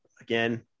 again